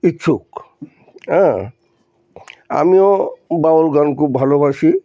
ইচ্ছুক হ্যাঁ আমিও বাউল গান খুব ভালোবাসি